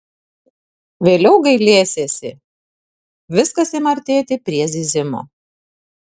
vėliau gailėsiesi viskas ima artėti prie zyzimo